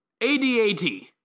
adat